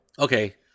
okay